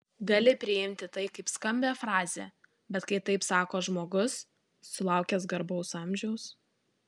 gali priimti tai kaip skambią frazę bet kai taip sako žmogus sulaukęs garbaus amžiaus